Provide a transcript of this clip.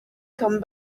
come